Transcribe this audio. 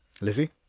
Lizzie